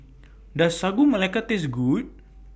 Does Sagu Melaka Taste Good